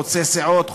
חוצה סיעות,